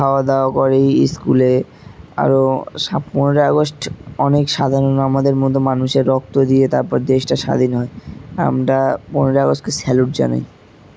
খাওয়া দাওয়া কর স্কুলে আরও পনেরোই আগস্ট অনেক সাধারণ আমাদের মতো মানুষের রক্ত দিয়ে তারপর দেশটা স্বাধীন হয় আমরা পনেরোই আগস্টকে স্যালুট জানাই